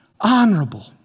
honorable